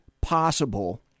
possible